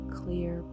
clear